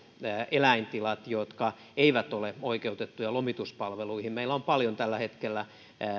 eläintilat jotka eivät ole oikeutettuja lomituspalveluihin meillä on tällä hetkellä paljon